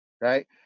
Right